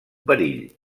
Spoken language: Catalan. perill